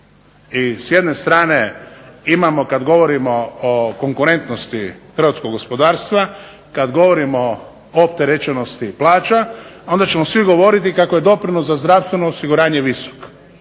s jedne strane imamo kad govorimo o konkurentnosti hrvatskog gospodarstva, kad govorimo o opterećenosti plaća onda ćemo svi govoriti kako je doprinos za zdravstveno osiguranje visok.